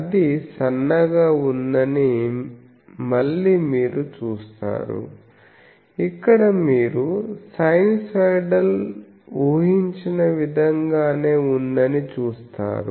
అది సన్నగా ఉందని మళ్ళీ మీరు చూస్తారు ఇక్కడ మీరు సైనూసోయిడల్ ఊహించిన విధంగానే ఉందని చూస్తారు